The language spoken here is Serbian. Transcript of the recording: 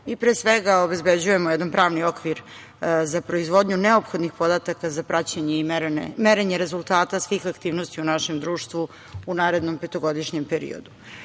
pre svega, obezbeđujemo jedan pravni okvir za proizvodnju neophodnih podataka za praćenje i merenje rezultata svih aktivnosti u našem društvu u narednom petogodišnjem periodu. Uz